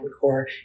core